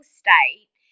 state